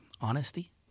Honesty